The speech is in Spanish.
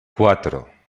cuatro